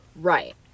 Right